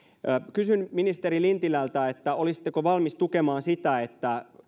kysyn ministeri lintilältä olisitteko valmis tukemaan sitä että